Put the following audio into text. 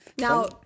Now